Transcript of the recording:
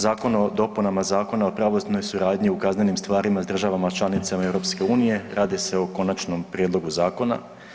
Zakon o dopunama Zakona o pravosudnoj suradnji u kaznenim stvarima s državama članicama EU, radi se o konačnom prijedlogu zakona.